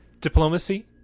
Diplomacy